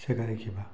ꯁꯦꯒꯥꯏꯈꯤꯕ